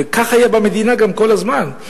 וככה גם היה במדינה כל הזמן,